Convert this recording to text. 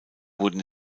wurden